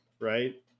right